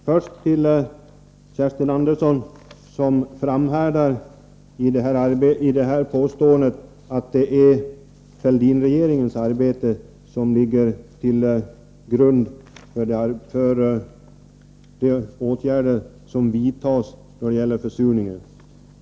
Herr talman! Kerstin Andersson framhärdar med sitt påstående att det är Fälldinregeringarnas arbete som ligger till grund för de åtgärder som nu vidtas mot försurningen.